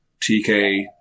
TK